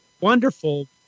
wonderful